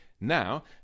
Now